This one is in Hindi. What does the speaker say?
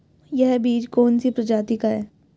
यह बीज कौन सी प्रजाति का है?